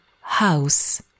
House